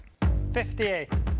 58